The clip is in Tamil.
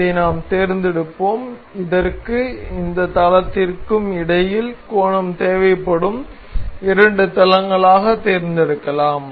இதை நாம் தேர்ந்தெடுப்போம் இதற்கும் இந்த தளத்திற்கும் இடையில் கோணம் தேவைப்படும் இரண்டு தளங்களாக தேர்ந்தெடுக்கலாம்